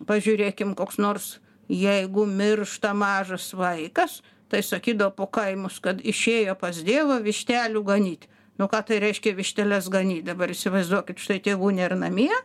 pažiūrėkim koks nors jeigu miršta mažas vaikas tai sakydavo po kaimus kad išėjo pas dievą vištelių ganyt nu ką tai reiškia višteles ganyt dabar įsivaizduokit štai tėvų nėr namie